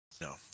No